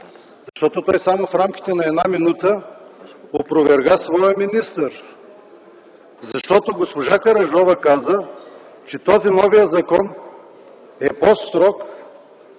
защото той само в рамките на една минута опроверга своя министър. Госпожа Караджова каза, че новият закон е по-строг